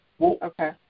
Okay